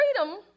Freedom